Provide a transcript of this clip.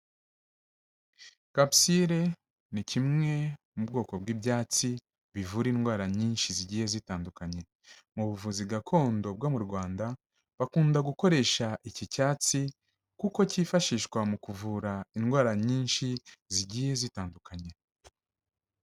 Kapusine ni kimwe mu bwoko bw'ibyatsi bivura indwara nyinshi zigiye zitandukanye, mu buvuzi gakondo bwo mu Rwanda bakunda gukoresha iki cyatsi kuko cyifashishwa mu kuvura indwara nyinshi zigiye zitandukanye.